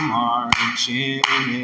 marching